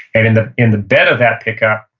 and in the in the bed of that pickup,